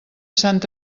sant